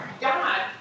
God